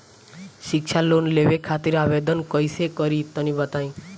शिक्षा लोन लेवे खातिर आवेदन कइसे करि तनि बताई?